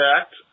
Act